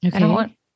Okay